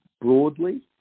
broadly